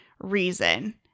reason